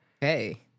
Hey